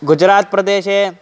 गुजरात्प्रदेशे